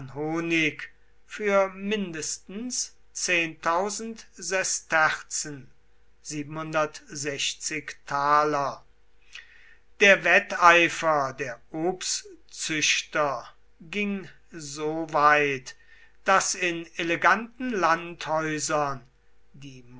honig für mindestens sesterzen der wetteifer der obstzüchter ging so weit daß in eleganten landhäusern die